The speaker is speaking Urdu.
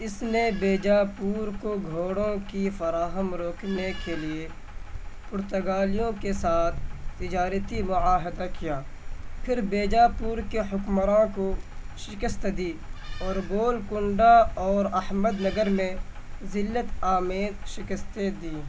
اس نے بیجاپور کو گھوڑوں کی فراہم روکنے کے لیے پرتگالیوں کے ساتھ تجارتی معاہدہ کیا پھر بیجاپور کے حکمراں کو شکست دی اور گولکنڈہ اور احمد نگر میں ذلت آمیز شکستیں دی